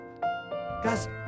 Guys